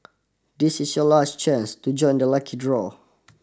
this is your last chance to join the lucky draw